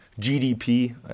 gdp